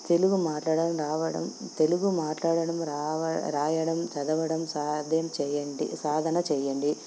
తెలుగు మాట్లాడడం రావడం తెలుగు మాట్లాడడం రావ రాయడం చదవడం సాధం చేయండి సాధన చేయండి